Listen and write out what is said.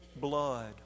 blood